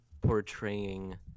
portraying